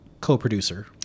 co-producer